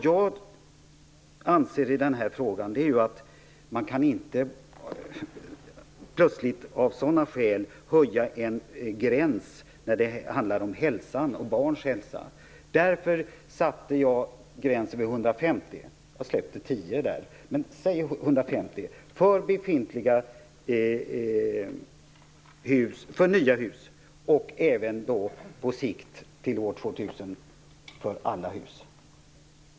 Jag anser att man inte plötsligt kan höja en gräns av sådana skäl när det handlar om hälsa - barns hälsa. Därför satte jag gränsen vid 150 Bq - jag ökade med 10 Bq - för nya hus. På sikt - år 2000 - skall den gränsen gälla för alla hus.